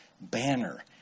banner